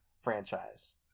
franchise